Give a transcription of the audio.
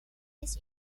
his